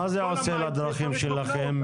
מה זה עושה לדרכים שלכם?